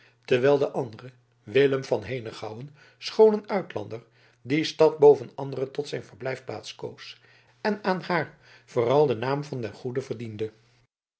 terwijl de andere willem van henegouwen schoon een uitlander die stad boven andere tot zijn verblijfplaats koos en aan haar vooral den naam van den goede verdiende